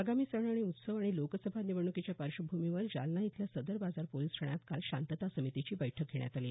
आगामी सण उत्सव आणि लोकसभा निवडणुकीच्या पार्श्वभूमीवर जालना इथल्या सदर बाजार पोलीस ठाण्यात काल शांतता समितीची बैठक घेण्यात आली